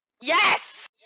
Yes